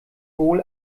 wohl